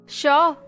sure